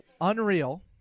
Unreal